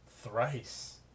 Thrice